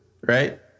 right